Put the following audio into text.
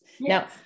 Now